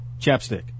chapstick